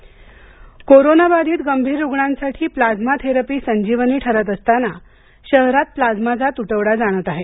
intro कोरोनाबाधित गंभीर रुग्णांसाठी प्लाझ्मा थेरपी संजीवनी ठरत असताना शहरात प्लाझ्माचा तुटवडा जाणवत आहे